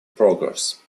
progress